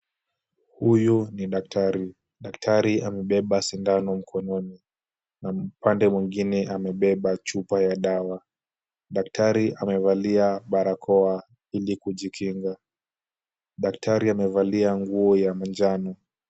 Huyu ni daktari. Daktari amebeba sindano mkononi na upande mwingine amebeba chupa ya dawa. Daktari amevalia barakoa ili kujikinga. Daktari amevalia nguo ya manjano.